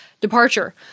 departure